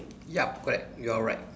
yup correct you are right